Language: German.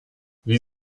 wie